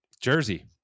Jersey